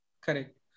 Correct